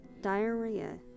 diarrhea